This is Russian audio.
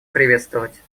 приветствовать